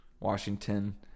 Washington